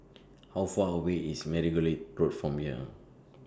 How Far away IS Margoliouth Road from here